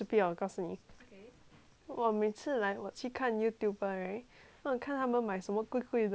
我每次 like 我去看 YouTuber right then 我看他们买什么贵贵的 then 我就买我就以为 like